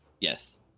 Yes